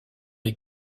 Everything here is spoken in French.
les